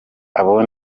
abo